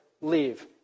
leave